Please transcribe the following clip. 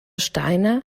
steiner